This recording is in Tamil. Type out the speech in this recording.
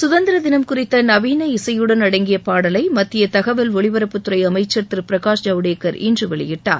சுதந்திர தினம் குறித்த நவீன இசையுடன் அடங்கிய பாடலை மத்திய தகவல் ஒலிபரப்புத் துறை அமைச்சர் திரு பிரகாஷ் ஜவ்டேகர் இன்று வெளியிட்டார்